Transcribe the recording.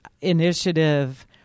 initiative